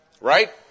Right